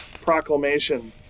proclamation